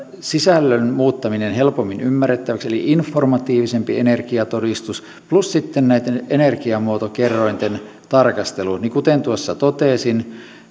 sisällön muuttaminen helpommin ymmärrettäväksi eli informatiivisempi energiatodistus plus sitten näitten energiamuotokerrointen tarkastelu kuten tuossa totesin